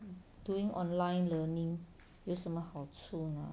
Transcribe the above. doing online learning 有什么好处吗